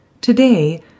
Today